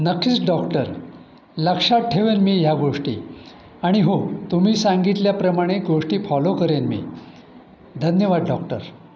नक्कीच डॉक्टर लक्षात ठेवेन मी ह्या गोष्टी आणि हो तुम्ही सांगितल्याप्रमाणे गोष्टी फॉलो करेन मी धन्यवाद डॉक्टर